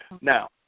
Now